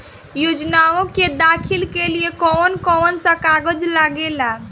योजनाओ के दाखिले के लिए कौउन कौउन सा कागज लगेला?